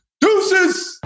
deuces